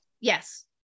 yes